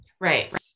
Right